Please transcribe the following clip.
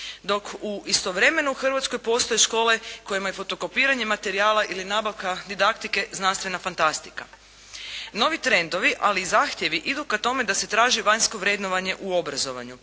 dok istovremeno u Hrvatskoj postoje škole kojima je fotokopiranje materijala ili nabavka didaktike znanstvena fantastika. Novi trendovi, ali i zahtjevi idu ka tome da se traži vanjsko vrednovanje u obrazovanju